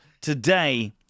today